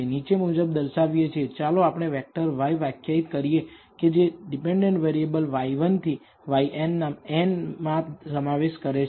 નીચે મુજબ દર્શાવીએ છીએ ચાલો આપણે વેક્ટર y વ્યાખ્યાયિત કરીએ કે જે આશ્રિત ચલ y1 થી yn ના n માપ સમાવેશ કરે છે